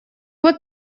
вот